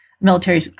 military